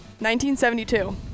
1972